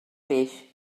peix